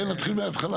כן, נתחיל מהתחלה.